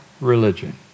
religion